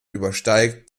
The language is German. übersteigt